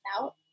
out